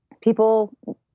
people